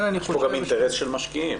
יש פה גם אינטרס של משקיעים.